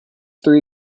three